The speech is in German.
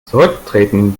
zurücktreten